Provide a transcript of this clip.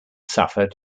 suffered